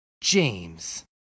James